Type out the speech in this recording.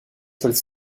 sols